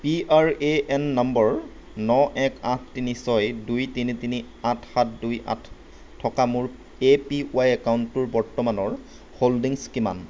P R A N নম্বৰ ন এক আঠ তিনি ছয় দুই তিনি তিনি আঠ সাত দুই আঠ থকা মোৰ এ পি ৱাই একাউণ্টটোৰ বৰ্তমানৰ হোল্ডিংছ কিমান